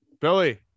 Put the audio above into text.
Billy